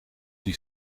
die